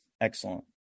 Excellent